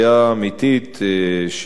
של גירעונות ענק,